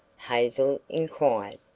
hazel inquired.